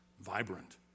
Vibrant